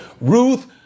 Ruth